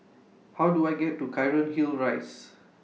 How Do I get to Cairnhill Rise